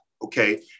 Okay